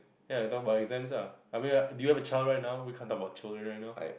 ya talk about exam lah I mean like do you have a child right now we can't talk about children right now